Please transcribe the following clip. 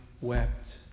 wept